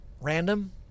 random